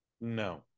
no